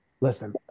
Listen